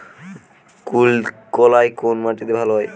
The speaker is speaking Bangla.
কুলত্থ কলাই কোন মাটিতে ভালো হয়?